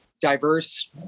diverse